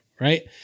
Right